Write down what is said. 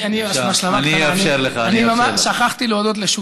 אני שכחתי להודות, אני אאפשר לך.